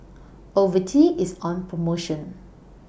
Ocuvite IS on promotion